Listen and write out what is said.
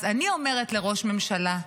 אז אני אומרת לראש הממשלה,